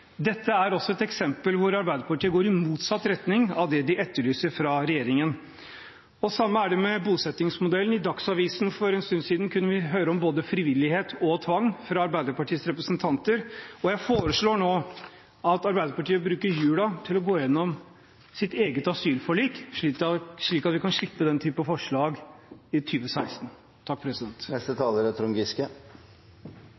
Dette er også et eksempel på at Arbeiderpartiet går i motsatt retning av det de etterlyser fra regjeringen. Det samme gjelder for bosettingsmodellen. I Dagsavisen for en stund siden kunne vi fra Arbeiderpartiets representanter lese om både frivillighet og tvang. Jeg foreslår nå at Arbeiderpartiet bruker julen til å gå gjennom sitt eget asylforlik, slik at man kan slippe denne type forslag i